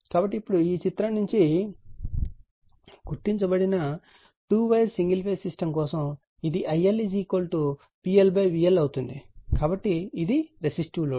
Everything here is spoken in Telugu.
కాబట్టి ఇప్పుడు ఈ చిత్రం నుంచి గుర్తించబడిన 2 వైర్ సింగిల్ ఫేజ్ సిస్టమ్ కోసం ఇది IL PL VL అవుతుంది కాబట్టి ఇది రెసిస్టివ్ లోడ్